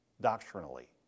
doctrinally